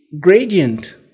gradient